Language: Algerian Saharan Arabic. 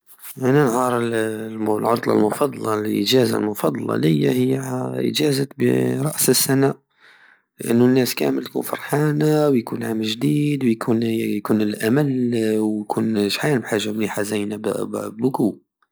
أنا النهار ال- العطلة المفضلة الإجازة المفضلة لية هي هي اجازة رأس السنة لأنو الناس كامل تكون فرحانة ويكون عام جديد ويكون- يكون الأمل ويكون شحال محاجة مليحة زينة بوكو